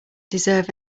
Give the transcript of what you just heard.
deserve